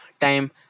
time